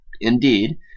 Indeed